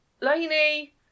Lainey